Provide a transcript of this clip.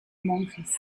monjes